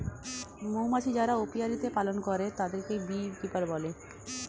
মৌমাছি যারা অপিয়ারীতে পালন করে তাদেরকে বী কিপার বলে